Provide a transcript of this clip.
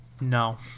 No